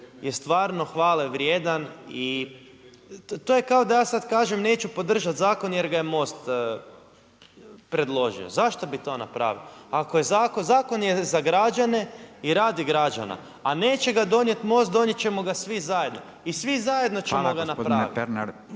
je stvarno hvale vrijedan i to je kao da ja sada kažem neću podržati zakon jer ga je Most predložio. Zašto bi to napravio? Zakon je za građane i radi građana, a neće ga donijeti Most donijet ćemo ga svi zajedno i svi zajedno ćemo ga napraviti.